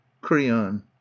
Creon